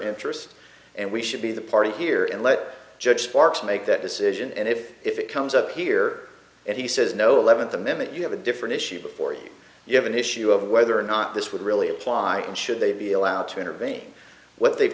interest and we should be the party here and let judge sparks make that decision and if it comes up here and he says no eleventh the minute you have a different issue before you you have an issue of whether or not this would really apply and should they be allowed to intervene what they've